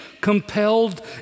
compelled